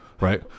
right